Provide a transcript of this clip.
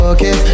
Okay